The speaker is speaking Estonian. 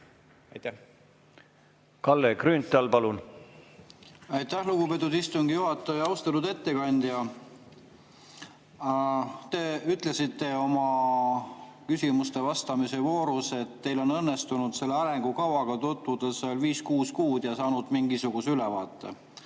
Kalle Grünthal, palun! Aitäh, lugupeetud istungi juhataja! Austatud ettekandja! Te ütlesite oma küsimustele vastamise voorus, et teil on õnnestunud selle arengukavaga tutvuda viis-kuus kuud ja te olete saanud mingisuguse ülevaate.